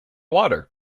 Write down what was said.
water